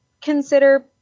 consider